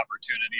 opportunity